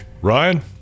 Ryan